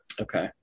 Okay